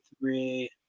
three